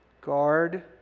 Guard